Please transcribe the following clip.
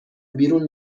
بیرون